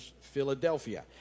Philadelphia